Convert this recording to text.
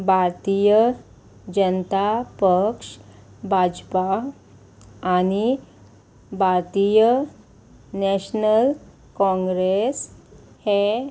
भारतीय जनता पक्ष भाजपा आनी भारतीय नॅशनल काँग्रेस हे